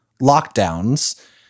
lockdowns